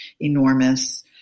enormous